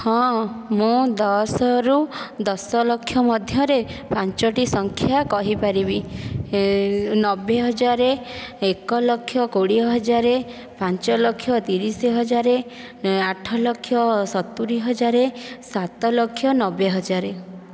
ହଁ ମୁଁ ଦଶ ରୁ ଦଶ ଲକ୍ଷ ମଧ୍ୟରେ ପାଞ୍ଚୋଟି ସଂଖ୍ୟା କହିପାରିବି ନବେ ହଜାର ଏକ ଲକ୍ଷ କୋଡ଼ିଏ ହଜାର ପାଞ୍ଚ ଲକ୍ଷ ତିରିଶ ହଜାର ଆଠ ଲକ୍ଷ ସତୁରି ହଜାର ସାତ ଲକ୍ଷ ନବେ ହଜାର